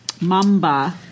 Mamba